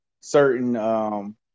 certain